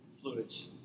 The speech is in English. fluids